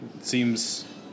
seems